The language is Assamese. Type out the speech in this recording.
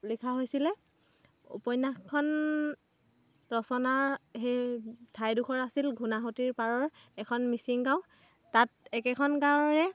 লিখা হৈছিলে উপন্যাসখন ৰচনাৰ সেই ঠাইডোখৰ আছিল ঘূঁণাসূতিৰ পাৰৰ এখন মিচিং গাঁও তাত একেখন গাঁৱৰে